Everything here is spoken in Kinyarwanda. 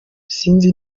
sinzi